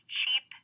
cheap